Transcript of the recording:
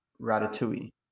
ratatouille